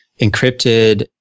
encrypted